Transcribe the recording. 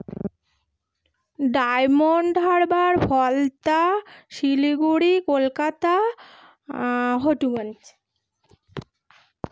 diamond Harbour Falta Siliguri Kolkata হোটুগঞ্জ